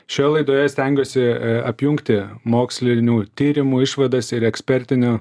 šioje laidoje stengiuosi apjungti mokslinių tyrimų išvadas ir ekspertinių